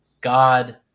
God